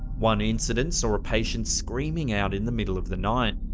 one incident saw a patient screaming out in the middle of the night.